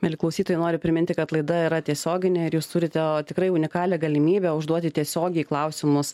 mieli klausytojai noriu priminti kad laida yra tiesioginė ar jūs turite tikrai unikalią galimybę užduoti tiesiogiai klausimus